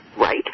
right